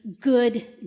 good